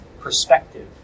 perspective